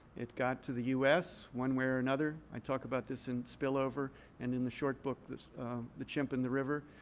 it got to the u s. one way or another. i talk about this in spillover and in the short book the chimp and the river.